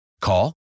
Call